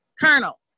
colonel